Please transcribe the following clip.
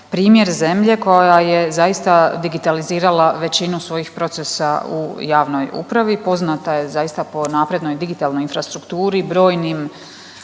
primjer zemlje koja je zaista digitalizirala većinu svojih procesa u javnoj upravi. Poznata je zaista po naprednoj digitalnoj infrastrukturi, brojnim